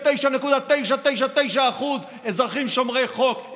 99.999% אזרחים שומרי חוק,